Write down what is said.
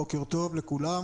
בוקר טוב לכולם.